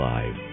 Live